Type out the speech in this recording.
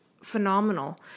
phenomenal